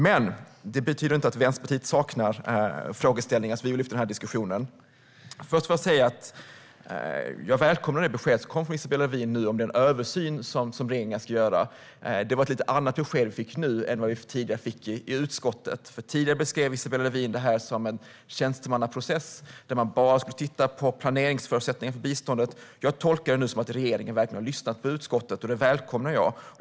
Det betyder dock inte att Vänsterpartiet saknar frågeställningar som vi vill lyfta upp i denna diskussion. Jag välkomnar beskedet från Isabella Lövin om att regeringen ska göra en översyn. Nu fick vi ett lite annat besked än vad vi fick i utskottet tidigare. Då beskrev Isabella Lövin det som en tjänstemannaprocess där man bara skulle titta på planeringsförutsättningarna för biståndet. Jag tolkar dagens besked som att regeringen verkligen har lyssnat på utskottet, och det välkomnar jag.